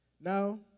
Now